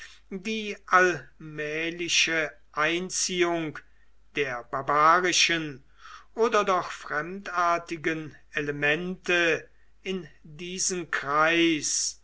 die allmähliche einziehung der barbarischen oder doch fremdartigen elemente in diesen kreis